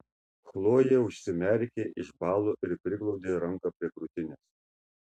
chlojė užsimerkė išbalo ir priglaudė ranką prie krūtinės